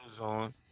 on